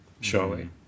surely